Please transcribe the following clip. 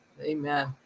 Amen